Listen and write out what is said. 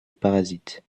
parasite